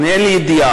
אין לי ידיעה,